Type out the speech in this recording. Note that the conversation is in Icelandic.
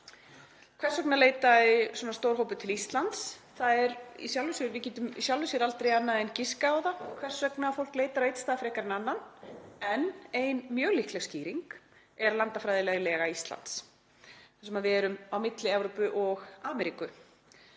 Hvers vegna leitaði svona stór hópur til Íslands? Við getum í sjálfu sér aldrei annað en giskað á það hvers vegna fólk leitar á einn stað frekar en annan. Ein mjög líkleg skýring er landfræðileg lega Íslands þar sem við erum á milli Evrópu og Ameríku.